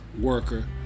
worker